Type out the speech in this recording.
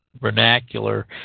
vernacular